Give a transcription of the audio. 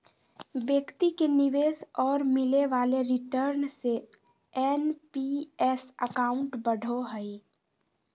व्यक्ति के निवेश और मिले वाले रिटर्न से एन.पी.एस अकाउंट बढ़ो हइ